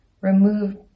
Remove